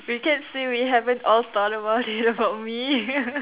we can't say we all haven't thought about it about me